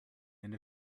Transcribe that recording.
and